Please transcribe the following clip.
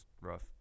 rough